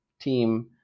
team